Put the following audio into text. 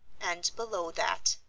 and below that,